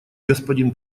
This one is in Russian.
господин